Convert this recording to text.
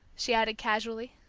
she added casually.